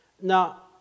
Now